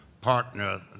partner